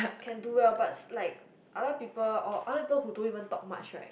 can do well but like a lot people or a lot people who don't even talk much one right